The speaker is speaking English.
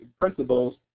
principles